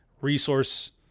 resource